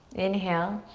inhale,